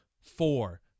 four